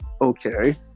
okay